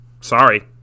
sorry